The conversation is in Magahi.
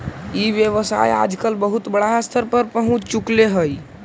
ई व्यवसाय आजकल बहुत बड़ा स्तर पर पहुँच चुकले हइ